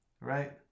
right